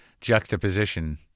juxtaposition